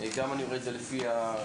גם אני רואה את זה לפי הפורום,